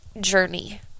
journey